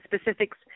specifics